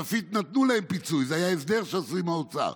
בצפית נתנו להם פיצוי, זה היה הסדר שעשו עם האוצר.